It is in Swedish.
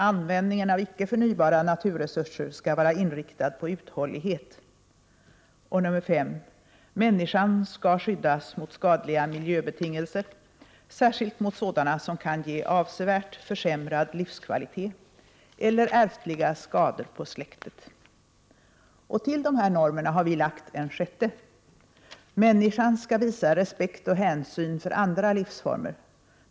Användningen av icke förnybara naturresurser skall vara inriktad på uthållighet. 5. Människan skall skyddas möt skadliga miljöbetingelser, särskilt mot sådana som kan ge avsevärt försämrad livskvalitet eller ärftliga skador på släktet. Till dessa normer har vi lagt ännu en: 6. Människan skall visa respekt och hänsyn för andra livsformer.